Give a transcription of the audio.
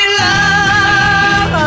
love